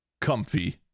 comfy